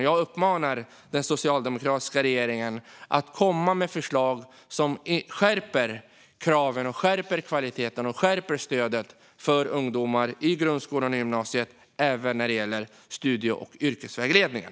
Jag uppmanar därför den socialdemokratiska regeringen att komma med förslag som skärper kraven, kvaliteten och stödet i studie och yrkesvägledningen.